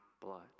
blood